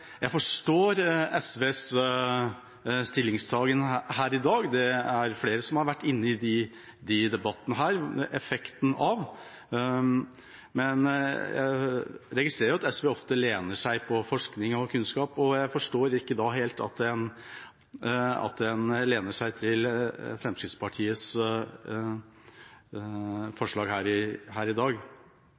i dag har vært inne på effekten. Jeg registrerer at SV ofte lener seg på forskning og kunnskap, og jeg forstår ikke helt at en lener seg til Fremskrittspartiets forslag her i dag. Man burde gått inn i